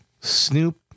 Snoop